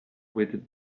with